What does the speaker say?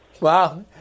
Wow